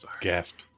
Gasp